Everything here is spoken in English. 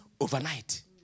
overnight